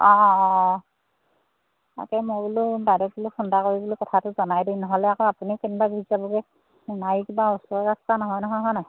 অঁ অঁ তাকে মই বোলো বাইদেউক বোলো ফোন এটা কৰি বোলো কথাটো জনাই দিওঁ নহ'লে আকৌ আপুনি কেনিবা গুচি যাবগৈ সোণাৰি কিবা ওচৰ ৰাস্তা নহয় নহয় নহ্